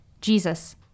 Jesus